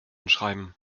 schreiben